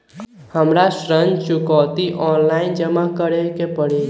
हमरा ऋण चुकौती ऑनलाइन जमा करे के परी?